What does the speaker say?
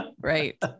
right